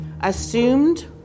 assumed